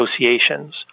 associations